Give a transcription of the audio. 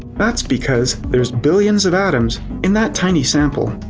that's because there's billions of atoms in that tiny sample.